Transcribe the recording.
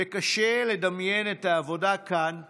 וקשה לדמיין את העבודה כאן בלעדיהם.